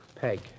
Peg